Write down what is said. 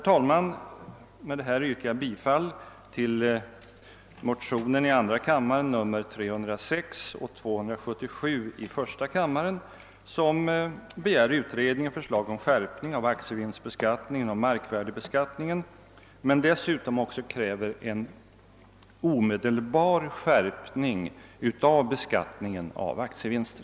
Jag yrkar bifall till motionerna 1: 277 och II: 306, vari begärs utredning och förslag om skärpning av aktievinstoch markvärdebeskattningen men dessutom en omedelbar skärpning av beskattningen av aktievinster.